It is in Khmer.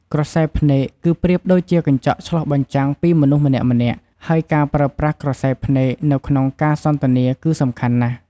ក្រសែភ្នែក គឺប្រៀបដូចជាកញ្ចក់ឆ្លុះបញ្ចាំងពីមនុស្សម្នាក់ៗ ហើយការប្រើប្រាស់ក្រសែភ្នែកនៅក្នុងការសន្ទនាគឺសំខាន់ណាស់។